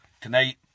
Tonight